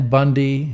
Bundy